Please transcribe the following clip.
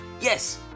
Yes